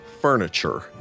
furniture